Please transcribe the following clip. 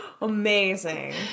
amazing